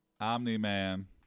Omni-Man